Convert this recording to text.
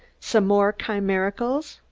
some more chimericals?